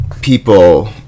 people